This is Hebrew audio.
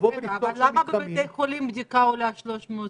לבוא ולפתוח שני מתחמים --- אבל למה בבתי חולים בדיקה עולה 300 שקל?